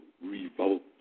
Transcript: revolt